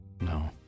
No